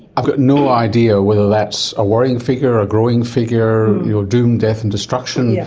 i've got no idea whether that's a worrying figure or a growing figure, doom, death and destruction. yeah